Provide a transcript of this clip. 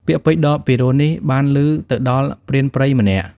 ពាក្យពេចន៍ដ៏ពីរោះនេះ បានឮទៅដល់ព្រានព្រៃម្នាក់ ។